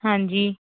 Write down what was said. ਹਾਂਜੀ